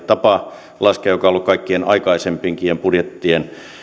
tapa laskea joka on ollut kaikkien aikaisempienkin budjettien